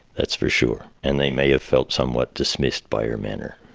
that's for sure. and they may have felt somewhat dismissed by her manner,